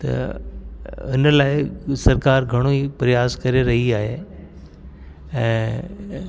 त हिन लाइ सरकार घणेई प्रयास करे रही आहे ऐं